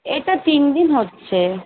এই তো তিন দিন হচ্ছে